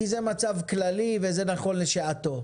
כי זה מצב כללי וזה נכון לשעתו.